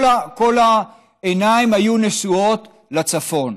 כל העיניים היו נשואות לצפון.